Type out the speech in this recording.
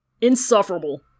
Insufferable